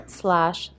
slash